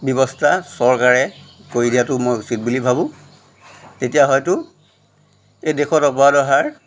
ব্যৱস্থা চৰকাৰে কৰি দিয়াটো মই উচিত বুলি ভাবো তেতিয়া হয়তো এই দেশত অপৰাধৰ হাৰ